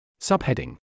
Subheading